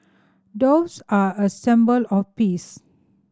doves are a symbol of peace